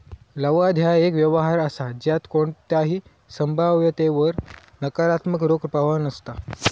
लवाद ह्या एक व्यवहार असा ज्यात कोणताही संभाव्यतेवर नकारात्मक रोख प्रवाह नसता